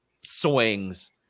swings